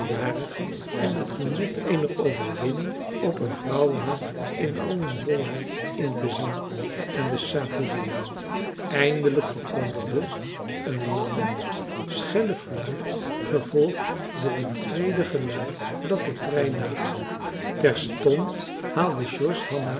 en het genot eener overwinning op een vrouwenhart in al hun volheid intezien en te savoureeren eindelijk verkondigde een lange schelle fluit gevolgd door een tweede gelui dat de trein naderde terstond haalde george hanna